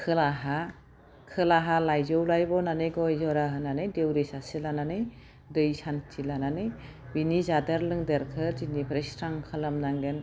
खोलाहा खोलाहा लाइजौ लाइ बनानै गय जरा होनानै देउरि सासे लानानै दै सान्थि लानानै बिनि जादेर लोंदेरखौ दिनैफ्राय स्रां खालामनांगोन